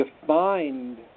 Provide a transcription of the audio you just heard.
defined